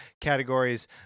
categories